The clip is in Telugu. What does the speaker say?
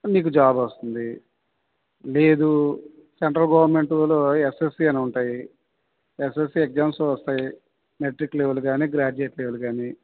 నీకు జాబ్ వస్తుంది లేదూ సెంట్రల్ గవర్నమెంట్లో ఎస్ఎస్సి అని ఉంటాయి ఎస్ఎస్సి ఎగ్జామ్స్ వస్తాయి మెట్రిక్ లెవెల్ కానీ గ్రాడ్యుయేట్ లెవెల్ కానీ